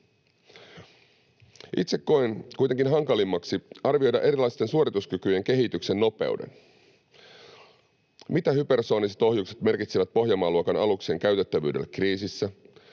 Itse koen kuitenkin hankalimmaksi arvioida erilaisten suorituskykyjen kehityksen nopeuden. Mitä hypersooniset ohjukset merkitsevät Pohjanmaa-luokan aluksen käytettävyydelle kriisissä?